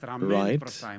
right